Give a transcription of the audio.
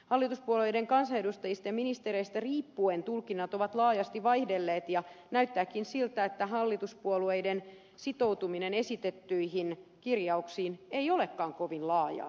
hallituspuolueiden kansanedustajista ja ministereistä riippuen tulkinnat ovat laajasti vaihdelleet ja näyttääkin siltä että hallituspuolueiden sitoutuminen esitettyihin kirjauksiin ei olekaan kovin laajaa